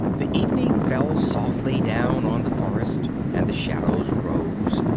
the evening fell softly down on the forest, and the shadows rose,